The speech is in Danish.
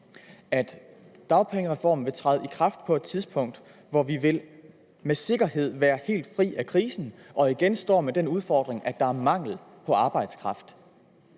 han: Dagpengereformen vil træde i kraft på et tidspunkt, hvor vi med sikkerhed vil være helt fri af krisen og igen står med den udfordring, at der er mangel på arbejdskraft.